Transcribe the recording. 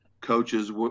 coaches –